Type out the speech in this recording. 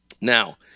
Now